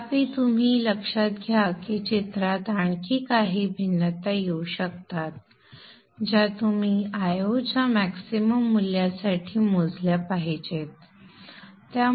तथापि तुम्ही लक्षात घ्या की चित्रात आणखी काही भिन्नता येऊ शकतात ज्या तुम्ही Io च्या मॅक्सिमम मूल्यासाठी मोजल्या पाहिजेत